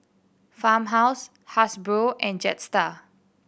Farmhouse Hasbro and Jetstar